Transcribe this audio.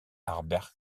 harbert